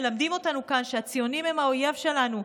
מלמדים אותנו כאן שהציונים הם האויב שלנו.